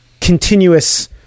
continuous –